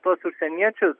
tuos užsieniečius